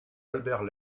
albert